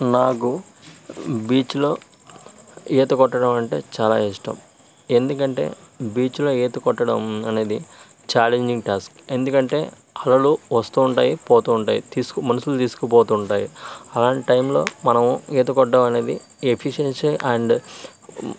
నాకు బీచ్లో ఈత కొట్టడమంటే చాలా ఇష్టం ఎందుకంటే బీచ్లో ఈత కొట్టడం అనేదీ ఛాలెంజింగ్ టాస్క్ ఎందుకంటే అలలు వస్తూ ఉంటాయి పోతూ ఉంటాయి తీసుకు మనుషులు తీసుకుపోతుంటాయి అలాంటి టైంలో మనం ఈత కొట్టడమనేది ఎఫీషియన్సీ అండ్